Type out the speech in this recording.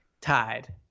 tied